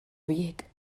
biek